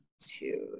two